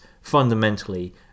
fundamentally